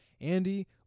Andy